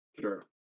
Sure